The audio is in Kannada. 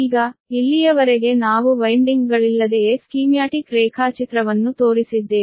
ಈಗ ಇಲ್ಲಿಯವರೆಗೆ ನಾವು ವೈನ್ಡಿಂಗ್ಗಳಿಲ್ಲದೆಯೇ ಸ್ಕೀಮ್ಯಾಟಿಕ್ ರೇಖಾಚಿತ್ರವನ್ನು ತೋರಿಸಿದ್ದೇವೆ